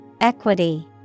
Equity